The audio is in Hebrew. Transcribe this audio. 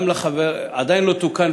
עדיין לא תוקן,